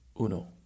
Uno